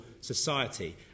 society